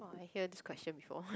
!wah! I hear this question before